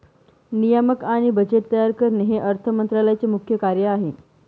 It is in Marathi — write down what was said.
नियामक आणि बजेट तयार करणे हे अर्थ मंत्रालयाचे मुख्य कार्य आहे